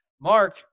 Mark